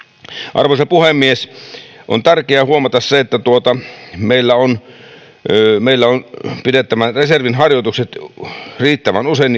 arvoisa puhemies on tärkeää huomata se että meillä on meillä on pidettävä reservin harjoitukset riittävän usein